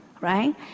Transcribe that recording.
right